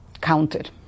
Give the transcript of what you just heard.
counted